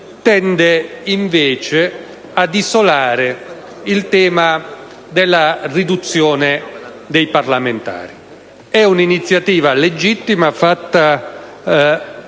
tende invece ad isolare il tema della riduzione del numero dei parlamentari. È un'iniziativa legittima, fatta